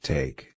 Take